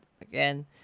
again